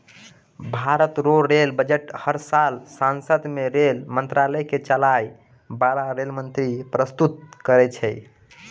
भारत रो rail budget हर साल सांसद मे रेल मंत्रालय के चलाय बाला रेल मंत्री परस्तुत करै छै